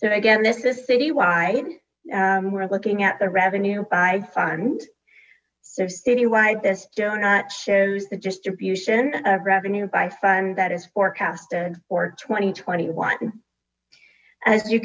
so again this is city wide we're looking at the revenue by fund so city wide this not shows the distribution of revenue by fund that is forecasted for twenty twenty one as you